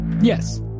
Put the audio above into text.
Yes